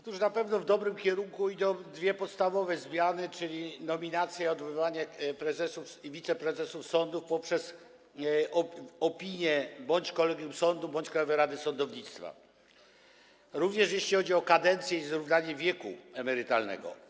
Otóż na pewno w dobrym kierunku idą dwie podstawowe zmiany, czyli nominacje i odwoływanie prezesów i wiceprezesów sądów poprzez opinię bądź kolegium sądu, bądź Krajowej Rady Sądownictwa, również jeśli chodzi o kadencje i zrównanie wieku emerytalnego.